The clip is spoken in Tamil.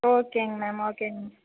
ஓகேங்க மேம் ஓகேங்க